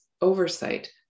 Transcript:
oversight